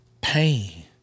pain